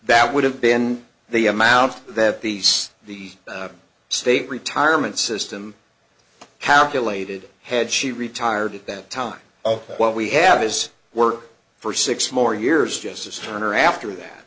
that would have been the amount that these the state retirement system calculated had she retired at that time of what we have as work for six more years just as turner after that